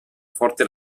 forte